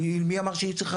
מי אמר שהיא צריכה?